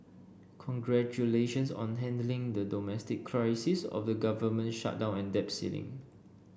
congratulations on handling the domestic crisis of the government shutdown and debt ceiling